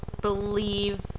believe